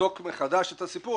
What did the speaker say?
לבדוק מחדש את הסיפור,